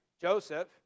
Joseph